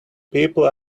people